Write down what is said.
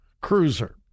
Cruiser